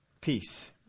peace